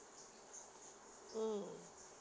mm